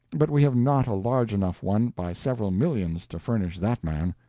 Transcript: but we have not a large enough one, by several millions, to furnish that man.